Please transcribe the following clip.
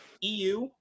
EU